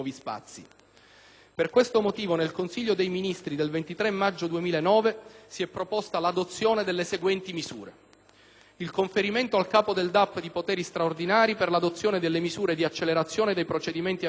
Per questo motivo, nel Consiglio dei ministri del 23 gennaio 2009 si è proposta l'adozione delle seguenti misure: il conferimento al Capo del DAP di poteri straordinari per l'adozione delle misure di accelerazione dei procedimenti amministrativi